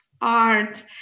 art